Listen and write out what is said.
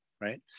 right